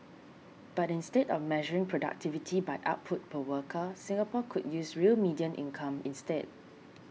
but instead of measuring productivity by output per worker Singapore could use real median income instead